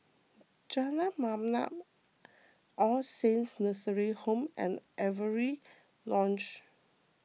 Jalan Mamam All Saints Nursing Home and Avery Lodge